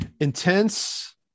Intense